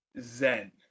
Zen